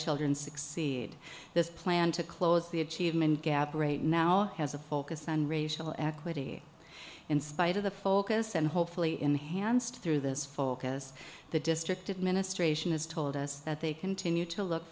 children succeed this plan to close the achievement gap right now has a focus on racial equity in spite of the focus and hopefully enhanced through this focus the district administration has told us that they continue to look